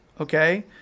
okay